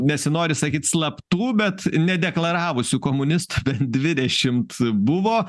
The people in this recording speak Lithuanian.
nesinori sakyt slaptų bet nedeklaravusių komunistų dvidešimt buvo